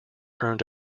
earned